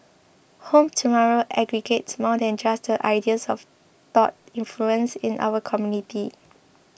Home Tomorrow aggregates more than just the ideas of thought influences in our community